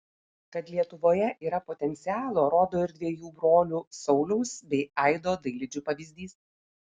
kad lietuvoje yra potencialo rodo ir dviejų brolių sauliaus bei aido dailidžių pavyzdys